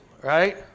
right